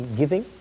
giving